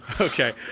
Okay